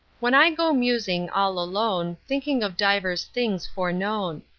when i go musing all alone thinking of divers things fore-known.